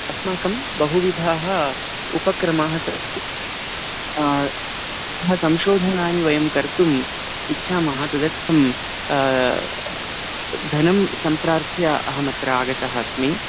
अस्माकं बहुविधाः उपक्रमाः सन्ति अतः संशोधनानि वयं कर्तुम् इच्छामः तदर्थं धनं सम्प्रार्थ्य अहमत्र आगतः अस्मि